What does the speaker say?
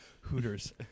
Hooters